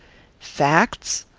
facts?